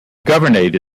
governorate